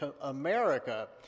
America